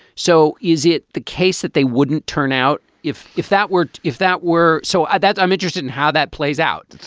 so is it the case that they wouldn't turn out if if that were if that were so and that i'm interested in how that plays out?